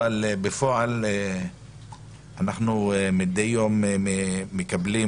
אבל בפועל אנחנו מידי יום מקבלים